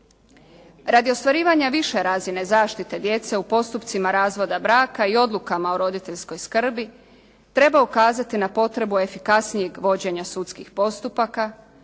Radi ostvarivanja više razine zaštite djece u postupcima razvoda braka i odlukama o roditeljskoj skrbi, treba ukazati na potrebu efikasnijeg vođenja sudskih postupaka